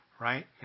right